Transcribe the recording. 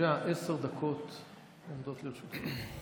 עשר דקות עומדות לרשותך.